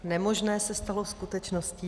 Nemožné se stalo skutečností.